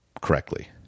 correctly